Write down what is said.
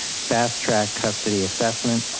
fast track custody assessment,